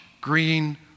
green